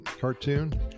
cartoon